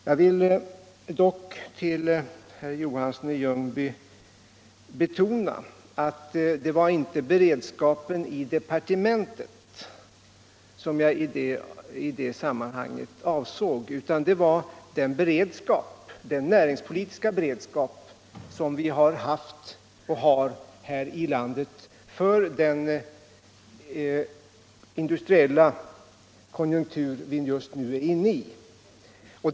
Jag vill dock för herr Johansson i Ljungby betona att jag i det sammanhanpget inte avsåg beredskapen i departementet, utan jag avsåg den näringspolitiska beredskapen för den konjunktur vi just nu är inne i.